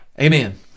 Amen